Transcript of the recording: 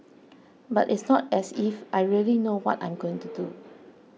but it's not as if I really know what I'm going to do